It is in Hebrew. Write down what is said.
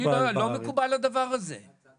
הדבר הזה לא מקובל.